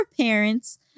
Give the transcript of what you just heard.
parents